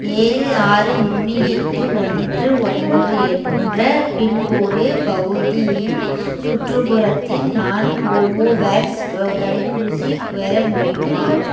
ஏழு ஆறு மூணு எட்டு ஒன்று ஒன்பது என்ற பின்கோடு பகுதியின் சுற்றுப்புறத்தில் நான் கோவோவேக்ஸ் தடுப்பூசி பெற முடியுமா